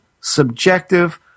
subjective